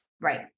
Right